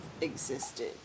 Existed